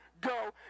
go